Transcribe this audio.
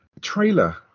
trailer